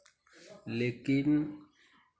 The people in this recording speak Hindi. लेकिन